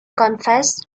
confessed